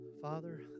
Father